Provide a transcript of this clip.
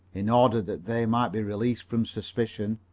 in order that they might be released from suspicion.